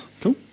Cool